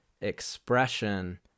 expression